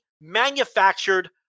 manufactured